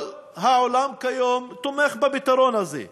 כל העולם כיום תומך בפתרון הזה,